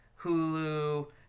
Hulu